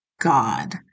God